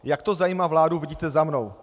Jak to zajímá vládu, vidíte za mnou.